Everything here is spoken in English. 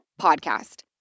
podcast